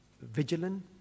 vigilant